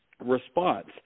response